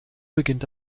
beginnt